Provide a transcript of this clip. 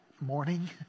morning